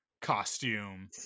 costume